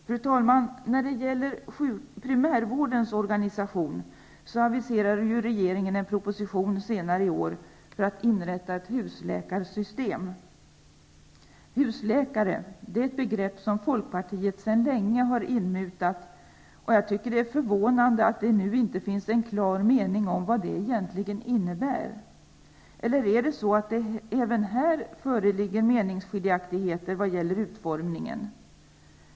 Fru talman! När det gäller primärvårdens organisation, aviserar regeringen en proposition senare i år för att inrätta ett husläkarsystem. Husläkare är ett begrepp som Folkpartiet sedan länge har inmutat. Jag tycker att det är förvånande att det nu inte finns en klar mening om vad det egentligen innebär, eller föreligger det även i detta sammanhang meningsskiljaktigheter när det gäller utformningen?